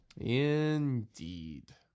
Indeed